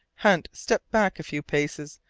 hunt stepped back a few paces,